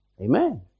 Amen